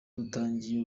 dutangiye